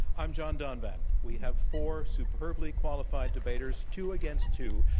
i'm john donvan. we have four superbly qualified debaters, two against two.